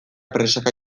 presaka